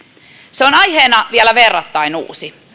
se on aiheena vielä verrattain uusi